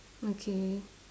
okay